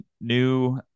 new